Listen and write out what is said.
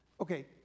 Okay